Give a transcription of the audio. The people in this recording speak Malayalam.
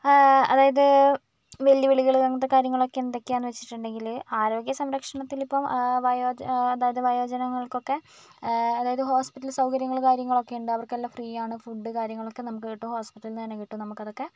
ആ അതായത് വെല്ലുവിളികൾ അങ്ങനത്തെ കാര്യങ്ങളൊക്കെ എന്തൊക്കെയാന്ന് വെച്ചിട്ടുണ്ടെങ്കിൽ ആരോഗ്യ സംരക്ഷണത്തിലിപ്പം വയോജനം അതായത് വയോജനങ്ങൾക്ക് ഒക്കെ അതായത് ഹോസ്പിറ്റൽ സൗകര്യങ്ങൾ കാര്യങ്ങൾ ഒക്കെ ഉണ്ട് അവർക്കെല്ലാം ഫ്രീയാണ് ഫുഡ് കാര്യങ്ങൾ ഒക്കെ നമുക്ക് കിട്ടും ഹോസ്പിറ്റലിൽ തന്നെ നിന്ന് കിട്ടും നമുക്ക് അതൊക്കെ